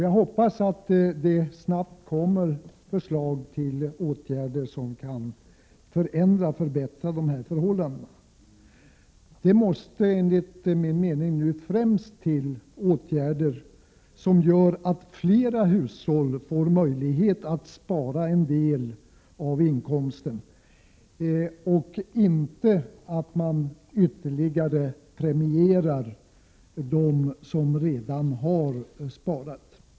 Jag hoppas att det snabbt kommer förslag till åtgärder som kan förändra och förbättra dessa förhållanden. Enligt min uppfattning måste nu främst sådana åtgärder genomföras som gör att fler hushåll får möjlighet att spara en del av inkomsten — inte åtgärder som innebär att vi premierar dem som redan har sparat.